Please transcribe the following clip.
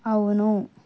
అవును